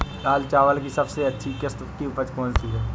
लाल चावल की सबसे अच्छी किश्त की उपज कौन सी है?